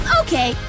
okay